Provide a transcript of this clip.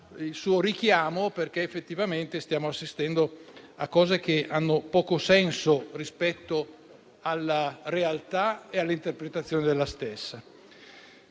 il suo richiamo, perché effettivamente stiamo assistendo a cose che hanno poco senso rispetto alla realtà e alle sue interpretazioni. Il tema